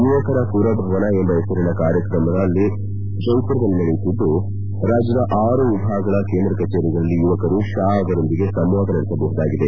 ಯುವಕರ ಪುರಭವನ ಎಂಬ ಹೆಸರಿನ ಕಾರ್ಯಕ್ರಮ ಜೈಪುರದಲ್ಲಿ ನಡೆಯುತ್ತಿದ್ದು ರಾಜ್ಯದ ಆರು ವಿಭಾಗಗಳ ಕೇಂದ್ರ ಕಚೇರಿಗಳಲ್ಲಿ ಯುವಕರು ಷಾ ಅವರೊಂದಿಗೆ ಸಂವಾದ ನಡೆಸಬಹುದಾಗಿದೆ